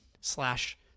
slash